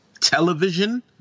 television